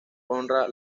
honra